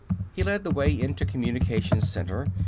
he led the way into communications center.